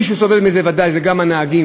מי שסובל מזה ודאי זה גם הנהגים,